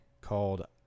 called